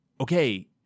okay